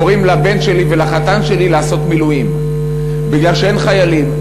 קוראים לבן שלי ולחתן שלי לעשות מילואים מפני שאין חיילים.